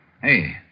Hey